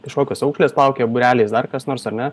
kažkokios auklės plaukioja būreliais dar kas nors ar ne